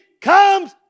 comes